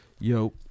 Yo